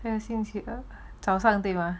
那么星期二早上对吗